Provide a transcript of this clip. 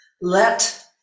let